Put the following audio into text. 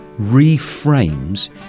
reframes